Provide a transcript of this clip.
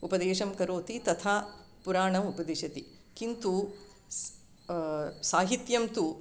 उपदेशं करोति तथा पुराणमुपदिशति किन्तु स् साहित्यं तु